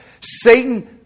Satan